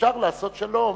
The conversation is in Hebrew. שאפשר לעשות שלום,